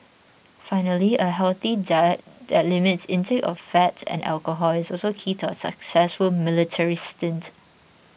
finally a healthy diet that limits intake of fat and alcohol is also key to a successful military stint